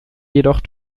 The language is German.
jedoch